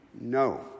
No